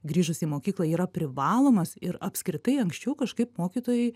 grįžus į mokyklą yra privalomas ir apskritai anksčiau kažkaip mokytojai